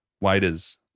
waiters